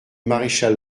maréchal